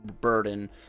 burden